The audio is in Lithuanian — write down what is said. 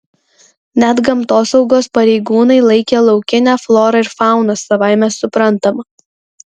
net gamtosaugos pareigūnai laikė laukinę florą ir fauną savaime suprantama